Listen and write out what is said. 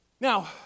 Now